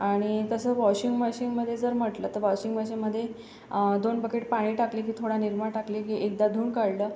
आणि तसं वॉशिंग मशीनमध्ये जर म्हटलं तर वॉशिंग मशीनमध्ये दोन बकेट पाणी टाकले की थोडा निरमा टाकले की एकदा धुवून काढलं